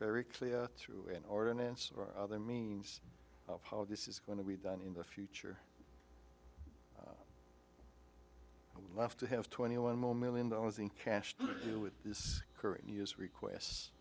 very clear through an ordinance or other means of how this is going to be done in the future i would love to have twenty one more million dollars in cash with this current u s requests